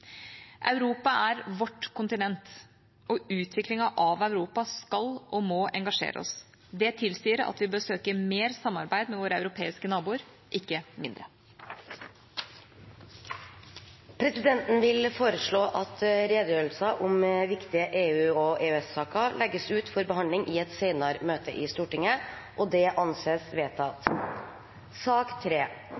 Europa er vårt kontinent, og utviklingen av Europa skal og må engasjere oss. Det tilsier at vi bør søke mer samarbeid med våre europeiske naboer, ikke mindre. Presidenten vil foreslå at redegjørelsen om viktige EU- og EØS-saker legges ut for behandling i et senere møte i Stortinget. – Det anses vedtatt.